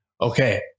okay